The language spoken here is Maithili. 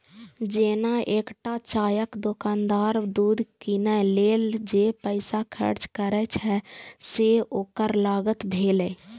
जेना एकटा चायक दोकानदार दूध कीनै लेल जे पैसा खर्च करै छै, से ओकर लागत भेलै